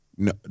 No